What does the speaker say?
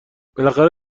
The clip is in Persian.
بالاخره